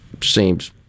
Seems